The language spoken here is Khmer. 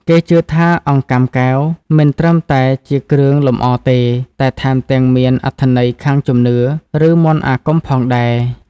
គេជឿថាអង្កាំកែវមិនត្រឹមតែជាគ្រឿងលម្អទេ តែថែមទាំងមានអត្ថន័យខាងជំនឿ ឬមន្តអាគមផងដែរ។